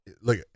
Look